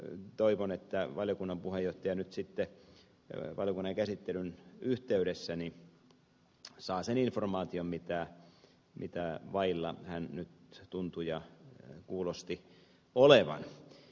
minä toivon että valiokunnan puheenjohtaja nyt sitten valiokuntakäsittelyn yhteydessä saa sen informaation mitä vailla hän nyt tuntui ja kuulosti olevan